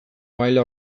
maila